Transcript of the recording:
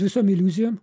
visom iliuzijom